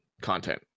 content